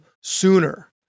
sooner